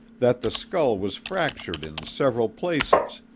that the skull was fractured in several places,